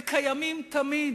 ותמיד